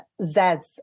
Zs